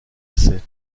essais